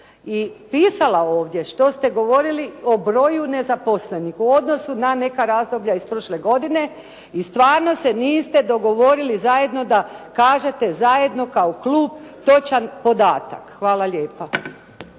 i pisala ovdje što ste govorili o broju nezaposlenih u odnosu na neka razdoblja iz prošle godine i stvarno se niste dogovorili zajedno da kažete zajedno kao klub točan podatak. Hvala lijepa.